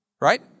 right